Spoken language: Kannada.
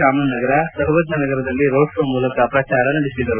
ರಾಮನ್ ನಗರ ಸರ್ವಜ್ಞ ನಗರದಲ್ಲಿ ರೋಡ್ಶೋ ಮೂಲಕ ಪ್ರಚಾರ ನಡೆಸಿದರು